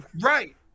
right